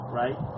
right